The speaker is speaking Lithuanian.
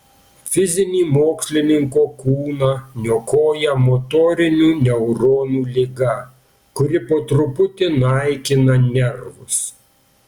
fizinį mokslininko kūną niokoja motorinių neuronų liga kuri po truputį naikina nervus